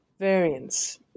Variance